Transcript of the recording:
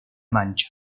mancha